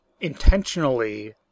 intentionally